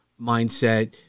mindset